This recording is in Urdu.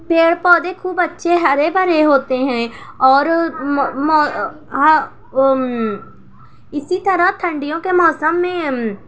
پیڑ پودے خوب اچھے ہرے بھرے ہوتے ہیں اور اسی طرح ٹھنڈیوں کے موسم میں